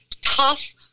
tough